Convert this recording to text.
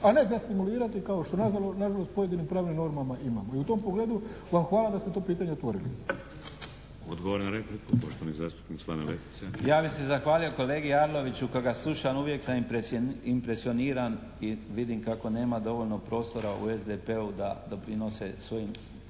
a ne destimulirati kao što nažalost pojedinim pravnim normama imamo. I u tom pogledu vam hvala da ste to pitanje otvorili.